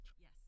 Yes